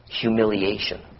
humiliation